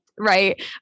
right